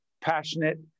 passionate